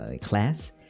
class